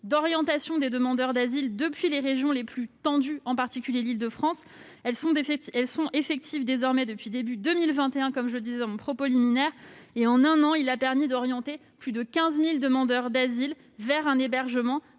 d'orientation des demandeurs d'asile depuis les régions les plus tendues, en particulier l'Île-de-France, sont effectives depuis le début de l'année 2021, comme je le précisais dans mon propos liminaire. En un an, ce dispositif a permis d'orienter plus de 15 000 demandeurs d'asile vers un hébergement